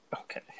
Okay